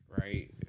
Right